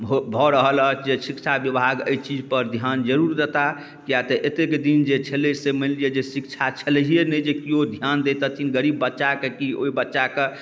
भऽ भऽ रहल अछि जे शिक्षा विभाग एहि चीजपर धिआन जरूर देताह किएक तऽ एतेक दिन जे छलै से मानि लिअऽ जे शिक्षा छलैए नहि जे केओ धिआन दिअतथिन गरीब बच्चाके कि ओहि बच्चाके